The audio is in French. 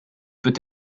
peut